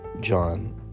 John